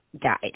died